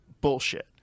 bullshit